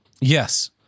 Yes